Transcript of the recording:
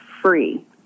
free